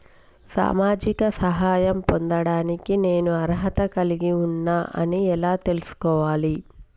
సామాజిక సహాయం పొందడానికి నేను అర్హత కలిగి ఉన్న అని ఎలా తెలుసుకోవాలి?